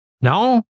no